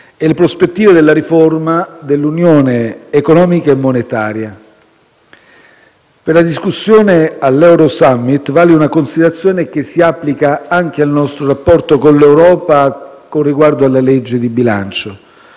e le prospettive della riforma dell'unione economica e monetaria. Per la discussione all'Eurosummit vale una considerazione che si applica anche al nostro rapporto con l'Europa con riguardo alla legge di bilancio.